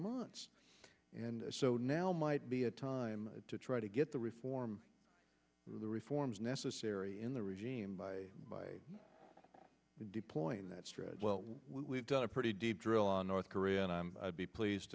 months and so now might be a time to try to get the reform the reforms necessary in the regime by deploying that we've done a pretty deep drill on north korea and i'd be pleased